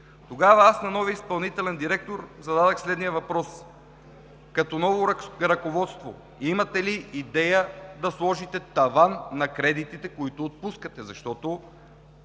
Тогава на новия изпълнителен директор зададох следния въпрос: като ново ръководство имате ли идея да сложите таван на кредитите, които отпускате? Защото